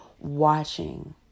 watching